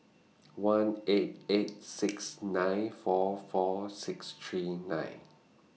one eight eight six nine four four six three nine